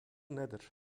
nedir